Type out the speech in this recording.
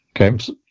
Okay